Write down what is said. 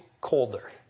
colder